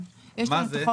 מה זה?